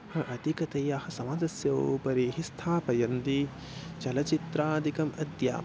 ह अधिकतया समाजस्य उपरिः स्थापयन्ति चलचित्रादिकम् अत्य